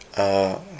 err